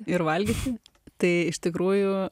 ir valgyti tai iš tikrųjų